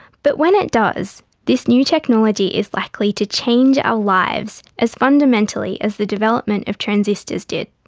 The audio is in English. but when it does, this new technology is likely to change our lives as fundamentally as the development of transistors did,